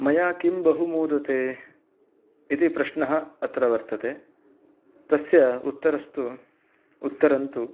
मया किं बहु मोदते इति प्रश्नः अत्र वर्तते तस्य उत्तरस्तु उत्तरन्तु